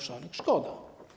Szkoda.